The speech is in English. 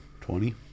Twenty